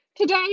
Today